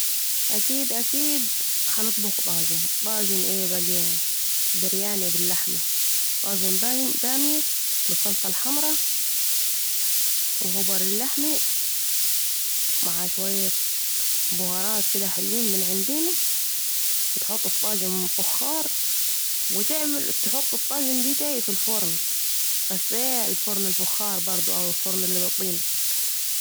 اكيد اكيد هنطبخو طاجن ، طاجن اي بقي ، طاجن براني بالحمه، طاجن باميه بالصلصه الحمراء و هبر اللحمه ، مع شوية بهرات كده حلوين من عندينا و تحطه في طاجن فخار و تحط الطاجن ديتي في الفرن بس ايه الفرن الفخار الي هي الطين